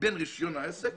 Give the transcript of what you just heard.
בין רישיון העסק